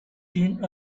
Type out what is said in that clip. seen